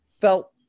felt